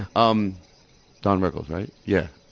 um don rickles, right? yeah.